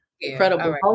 Incredible